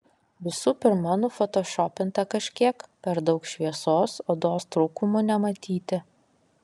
visų pirma nufotošopinta kažkiek per daug šviesos odos trūkumų nematyti